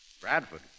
Bradford